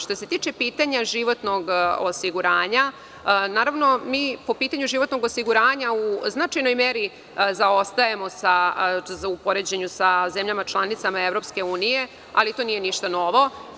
Što se tiče pitanja životnog osiguranja, mi po pitanju životnog osiguranja u značajnoj meri zaostajemo u poređenju sa zemljama članicama EU, ali to nije ništa novo.